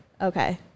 Okay